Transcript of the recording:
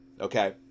Okay